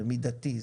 זה מידתי.